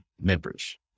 members